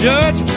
Judge